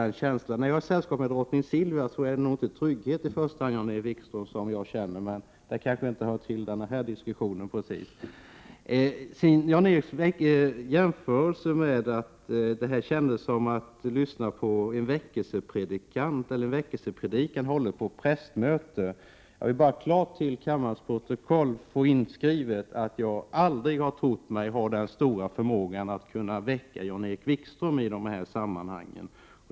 När jag har sällskap med drottning Silvia är det nog inte trygghet jag känner, Jan-Erik Wikström, men det kanske inte precis hör hemma i den här diskussionen. Jan-Erik Wikström jämförde mitt anförande med en väckelsepredikan, hållen på ett prästmöte. Jag vill bara i kammarens protokoll få inskrivet att jag aldrig har trott mig ha förmågan att väcka Jan-Erik Wikström i de här sammanhangen.